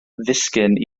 ddisgyn